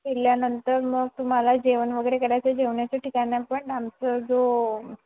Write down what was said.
फिरल्यानंतर मग तुम्हाला जेवण वगैरे करायचं आहे जेवण्याच्या ठिकाणं पण आमचं जो